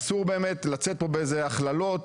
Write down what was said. אסור באמת לצאת פה באיזה הכללות.